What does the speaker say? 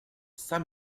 saint